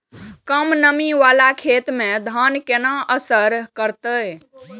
कम नमी वाला खेत में धान केना असर करते?